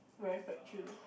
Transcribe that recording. very fat chill look